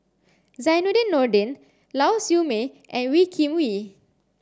Zainudin Nordin Lau Siew Mei and Wee Kim Wee